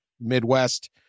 Midwest